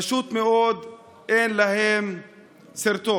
פשוט מאוד אין להם סרטון.